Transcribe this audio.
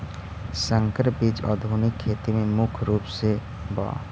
संकर बीज आधुनिक खेती में मुख्य रूप से बा